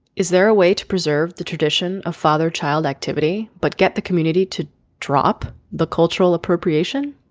is there a way to preserve the tradition of father child activity but get the community to drop the cultural appropriation.